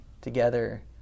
together